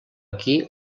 aquí